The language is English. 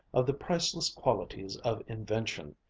of the priceless qualities of invention,